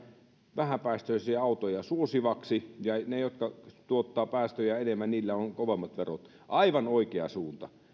vähäpäästöisiä autoja suosivaksi ja niillä jotka tuottavat päästöjä enemmän on kovemmat verot aivan oikea suunta